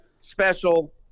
special